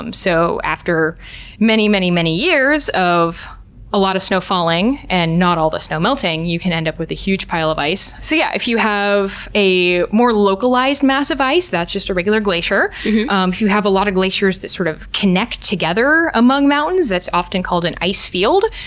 um so after many, many, many years of a lot of snow falling and not all the snow melting, you can end up with a huge pile of ice. so, yeah if you have a more localized mass of ice, that's just a regular glacier. um if you have a lot of glaciers that sort of connect together among mountains, that's often called an icefield.